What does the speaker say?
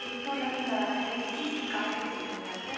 டிஸ்கவுன்ட்லாம் நீங்கள் HDB card வச்சுருக்கிங்களா sir